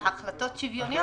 ההחלטות שוויוניות,